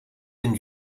den